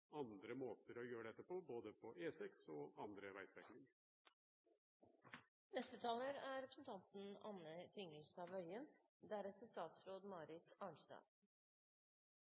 andre måter å gjøre dette på, på både E6 og andre